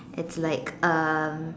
it's like um